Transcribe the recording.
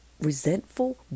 resentful